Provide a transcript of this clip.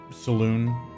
saloon